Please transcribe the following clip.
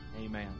Amen